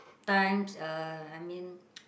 times uh I mean